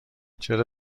چرا